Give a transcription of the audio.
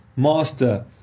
Master